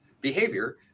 behavior